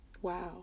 Wow